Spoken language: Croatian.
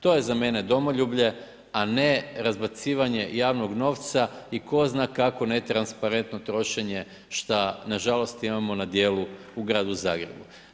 To je za mene domoljublje, a ne razbacivanje javnog novca i tko zna kakvo netransparentno trošenje šta na žalost imamo na djelu u gradu Zagrebu.